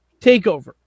TakeOver